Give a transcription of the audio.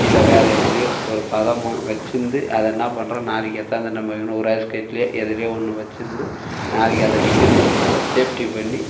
இல்லை வேறே எதுலேயோ ஒரு பதமாக வச்சிருந்து அதை என்ன பண்ணுறான் நாளைக்கு எடுத்தாந்து நம்ம எதுனு ஒரு ஐஸ் கட்டிலேயோ எதுலேயோ ஒன்று வச்சிருந்து நாளைக்கு அதை விற்கணுன்றதால சேஃப்டி பண்ணி